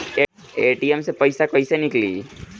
ATM से पइसा कइसे निकली?